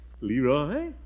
Leroy